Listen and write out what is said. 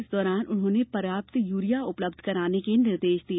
इस दौरान उन्होंने पर्याप्त यूरिया उपलब्ध रखने के निर्देश दिए